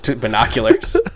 binoculars